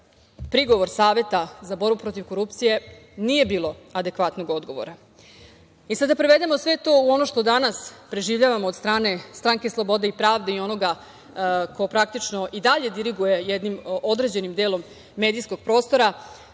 prigovor Saveta za borbu protiv korupcije nije bilo adekvatnog odgovora. Sada da prevedemo sve to u ono što danas preživljavamo od strane Stranke slobode i pravde i onoga ko praktično i dalje diriguje jednim određenim delom medijskog prostora,